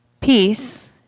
peace